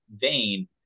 vein